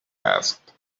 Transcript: asked